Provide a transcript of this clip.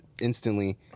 instantly